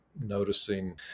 noticing